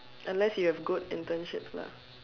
unless you have good internships lah